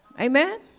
Amen